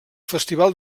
festival